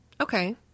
Okay